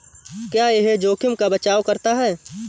क्या यह जोखिम का बचाओ करता है?